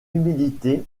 humidité